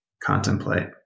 contemplate